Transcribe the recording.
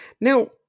Now